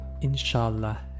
Inshallah